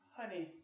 honey